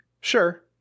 Sure